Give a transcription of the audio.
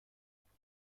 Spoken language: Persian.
ایمان